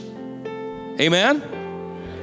Amen